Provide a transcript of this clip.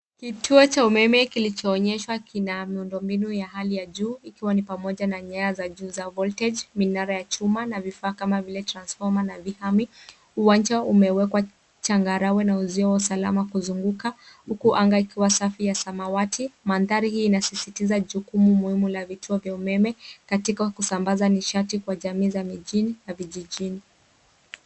Kituo cha umeme kilichoonyeshwa kina miundombinu ya hali ya juu ikiwa ni pamoja na nyaya za juu za voltage , minara ya chuma na vifaa kama vile transfomer na vihami. Uwanja umewekwa changarawe na uzio wa usalama kuzunguka huku anga ikiwa safi ya samawati. Mandhari hii inasisitiza jukumu muhimu la vituo vya umeme katika kusambaza nishati kwa jamii ya mijini na vijijini.